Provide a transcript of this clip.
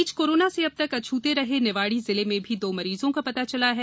इस बीच कोरोना से अब तक अछूते रहे निवाड़ी जिले में भी दो मरीजों का पता चला है